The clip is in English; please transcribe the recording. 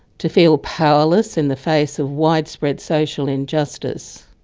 to feel powerless in the face of widespread social injustice.